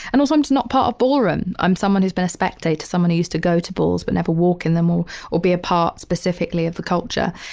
and also, i'm not part of ballroom. i'm someone who's been a spectator, someone i used to go to balls but never walk in them or or be a part specifically of the culture.